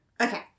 Okay